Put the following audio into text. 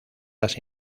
las